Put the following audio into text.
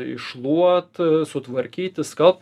iššluot sutvarkyt išskalbt